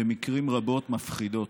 במקרים רבים מפחידות.